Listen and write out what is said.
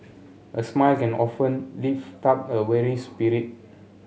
a smile can often lift up a weary spirit